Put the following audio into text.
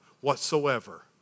whatsoever